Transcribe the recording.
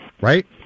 right